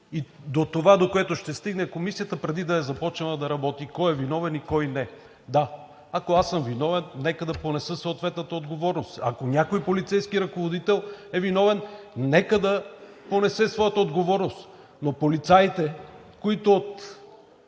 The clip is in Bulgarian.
и до това, до което ще стигне Комисията преди да е започнала да работи – кой е виновен и кой не. Да, ако съм виновен, нека да понеса съответната отговорност, а ако някой полицейски ръководител е виновен, нека да понесе своята отговорност. Но полицаите, които от